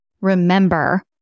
remember